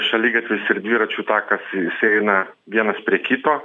šaligatvis ir dviračių takas eina vienas prie kito